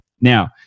Now